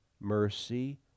mercy